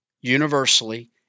universally